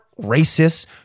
racists